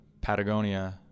Patagonia